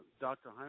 Dr